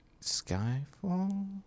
Skyfall